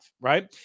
right